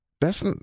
thats